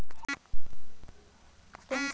केन्द्र सरकार चलावेला उ केन्द्रिय बैंक होला